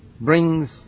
brings